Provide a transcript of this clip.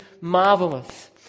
marvelous